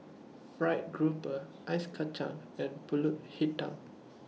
Fried Grouper Ice Kacang and Pulut Hitam